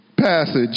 passage